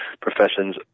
professions